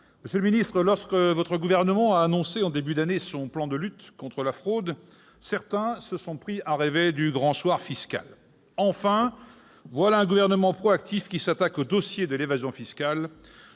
Monsieur le ministre, lorsque le Gouvernement auquel vous appartenez a annoncé en début d'année son plan de lutte contre la fraude, certains se sont pris à rêver du grand soir fiscal. Enfin ! Voilà un gouvernement proactif qui s'attaque au dossier de l'évasion fiscale,